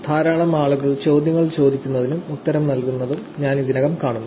ധാരാളം ആളുകൾ ചോദ്യങ്ങൾ ചോദിക്കുന്നതും ഉത്തരം നൽകുന്നതും ഞാൻ ഇതിനകം കാണുന്നു